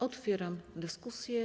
Otwieram dyskusję.